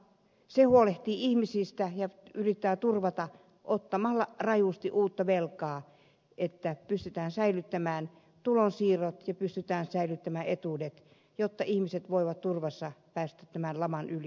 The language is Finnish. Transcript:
se huolehtii ihmisistä ja yrittää turvata toimeentulon ottamalla rajusti uutta velkaa että pystytään säilyttämään tulonsiirrot ja etuudet jotta ihmiset voivat turvassa päästä tämän laman yli